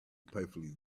perfectly